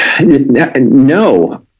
No